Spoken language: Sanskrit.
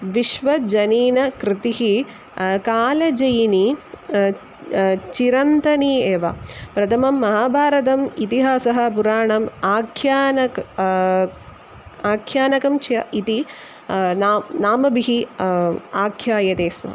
विश्वजनीनकृतिः कालजयिनी चिरन्तनी एव प्रथमं महाभारतम् इतिहासः पुराणम् आख्यानानि आख्यानकं च इति नाम नामभिः आख्यायते स्म